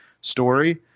story